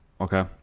okay